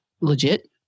legit